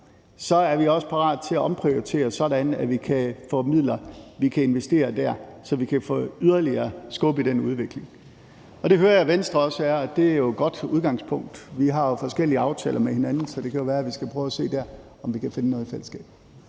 – er vi også parate til at omprioritere, sådan at vi kan få midler og vi kan investere dér, så vi kan få sat yderligere skub i den udvikling. Det hører jeg at Venstre også er, og det er jo et godt udgangspunkt. Vi har forskellige aftaler med hinanden, så det kan jo være, at vi skal prøve at se, om vi kan finde noget i fællesskab.